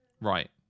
Right